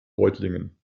reutlingen